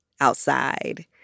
outside